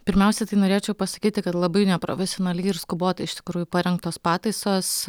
pirmiausia tai norėčiau pasakyti kad labai neprofesionaliai ir skubotai iš tikrųjų parengtos pataisos